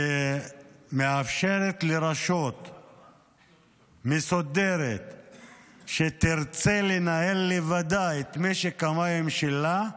שמאפשרת לרשות מסודרת שתרצה לנהל לבדה את משק המים שלה,